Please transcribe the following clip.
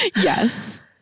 Yes